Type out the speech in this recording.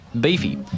Beefy